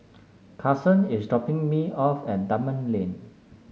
Carson is dropping me off at Dunman Lane